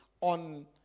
on